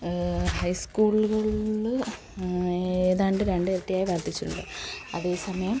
ഹൈസ്കൂളുകളില് ഏതാണ്ട് രണ്ടിരട്ടിയായി വർധിച്ചിട്ടുണ്ട് അതേസമയം